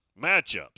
matchups